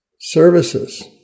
services